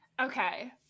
Okay